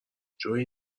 جویی